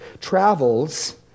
travels